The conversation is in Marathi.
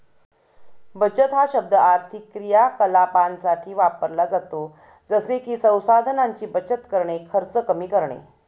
बचत हा शब्द आर्थिक क्रियाकलापांसाठी वापरला जातो जसे की संसाधनांची बचत करणे, खर्च कमी करणे